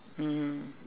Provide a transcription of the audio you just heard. mmhmm